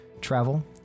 travel